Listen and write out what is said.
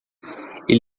ele